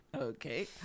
Okay